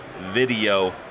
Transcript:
video